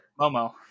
Momo